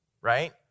right